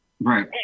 right